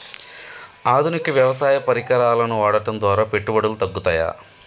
ఆధునిక వ్యవసాయ పరికరాలను వాడటం ద్వారా పెట్టుబడులు తగ్గుతయ?